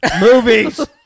Movies